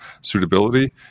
suitability